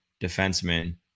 defenseman